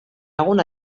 lagun